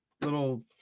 little